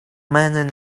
men